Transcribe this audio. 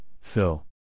Phil